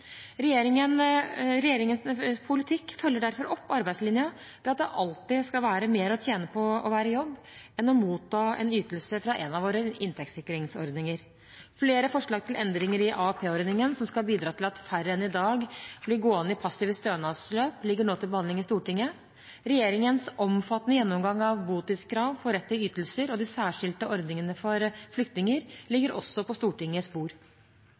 Regjeringens politikk følger derfor opp arbeidslinja ved at det alltid skal være mer å tjene på å være i jobb enn å motta en ytelse fra en av våre inntektssikringsordninger. Flere forslag til endringer i AAP-ordningen som skal bidra til at færre enn i dag blir gående i passive stønadsløp, ligger nå til behandling i Stortinget. Regjeringens omfattende gjennomgang av botidskrav for rett til ytelser og de særskilte ordningene for flyktninger ligger også på Stortingets bord.